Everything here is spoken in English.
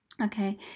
Okay